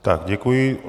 Tak děkuji.